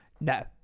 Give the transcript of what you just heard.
No